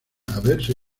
haberse